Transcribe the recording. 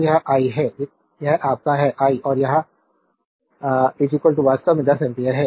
तो यह आई है यह आपका है आई और यह I वास्तव में 10 एम्पीयर हैं